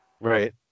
right